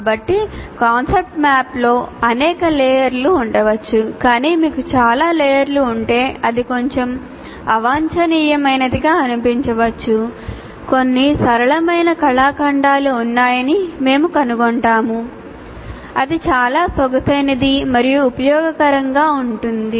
కాబట్టి కాన్సెప్ట్ మ్యాప్లో అనేక లేయర్లు ఉండవచ్చు కానీ మీకు చాలా లేయర్లు ఉంటే అది కొంచెం అవాంఛనీయమైనదిగా అనిపించవచ్చు కొన్ని సరళమైన కళాఖండాలు ఉన్నాయని మేము కనుగొంటాము అది చాలా సొగసైనది మరియు ఉపయోగకరంగా ఉంటుంది